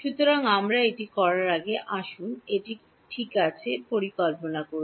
সুতরাং আমরা এটি করার আগে আসুন এটি ঠিক আছে পরিকল্পনা করুন